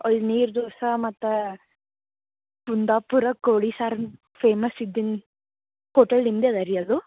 ಅಲ್ಲಿ ನೀರು ದೋಸೆ ಮತ್ತು ಕುಂದಾಪುರ ಕೋಳಿ ಸಾರು ಫೇಮಸ್ ಇದ್ದಿನ ಹೋಟೆಲ್ ನಿಮ್ಮದೇ ಅದ ರೀ ಅದು